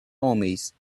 armies